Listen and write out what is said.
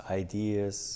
ideas